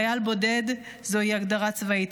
חייל בודד זוהי ההגדרה הצבאית,